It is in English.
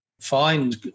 find